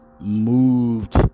moved